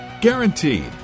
Guaranteed